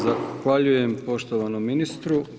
Zahvaljujem poštovanom ministru.